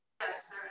Yes